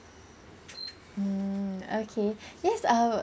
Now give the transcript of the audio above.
mm okay yes err